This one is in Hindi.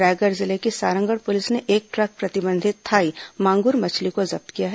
रायगढ़ जिले की सारंगढ़ पुलिस ने एक ट्रक प्रतिबंधित थाई मांगुर मछली को जब्त किया है